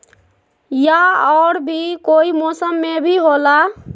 या और भी कोई मौसम मे भी होला?